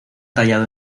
tallado